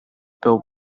built